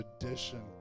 tradition